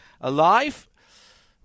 alive